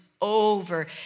over